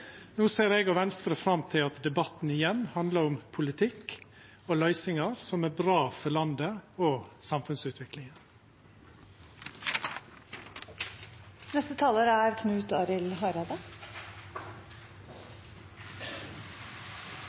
No ser eg og Venstre fram til at debatten igjen handlar om politikk og løysingar som er bra for landet og